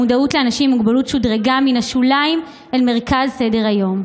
המודעות לאנשים עם מוגבלות שודרגה מן השוליים אל מרכז סדר-היום,